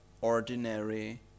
ordinary